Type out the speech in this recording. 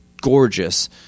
gorgeous